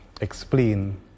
explain